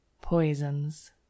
Poisons